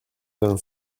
vingt